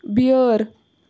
بیٲر